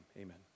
amen